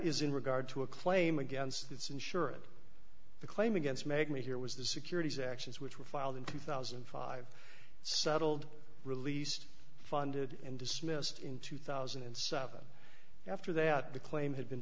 is in regard to a claim against its insurer the claim against made me here was the securities actions which were filed in two thousand and five settled released funded and dismissed in two thousand and seven after that the claim had been